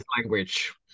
language